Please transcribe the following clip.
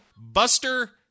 Buster